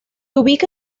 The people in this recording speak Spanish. ubica